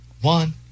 one